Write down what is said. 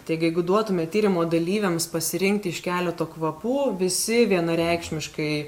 taigi jeigu duotume tyrimo dalyviams pasirinkti iš keleto kvapų visi vienareikšmiškai